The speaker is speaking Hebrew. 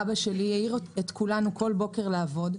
אבא שלי העיר את כולנו כל בוקר לעבוד,